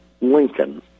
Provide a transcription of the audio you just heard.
Lincoln